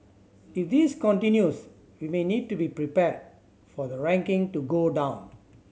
if this continues we may need to be prepared for the ranking to go down